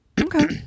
Okay